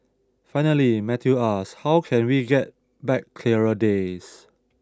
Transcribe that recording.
finally Matthew ask how can we get back clearer days